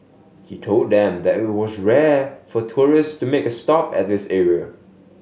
he told them that it was rare for tourist to make a stop at this area